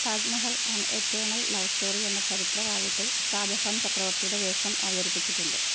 Taj Mahal an eternal love story എന്ന ചരിത്ര കാവ്യത്തിൽ ഷാജഹാൻ ചക്രവർത്തിയുടെ വേഷം അവതരിപ്പിച്ചിട്ടുണ്ട്